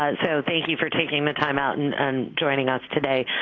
so thank you for taking the time out and and joining us today.